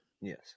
Yes